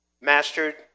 Mastered